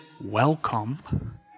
welcome